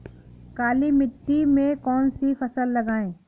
काली मिट्टी में कौन सी फसल लगाएँ?